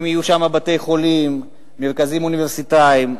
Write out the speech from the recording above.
האם יהיו שם בתי-חולים, מרכזים אוניברסיטאיים?